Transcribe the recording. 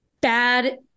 bad –